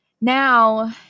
Now